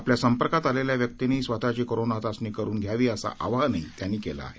आपल्या संपर्कात आलेल्या व्यक्तींनी स्वतःची कोरोना चाचणी करून घ्यावी असं आवाहनही त्यांनी केलं आहे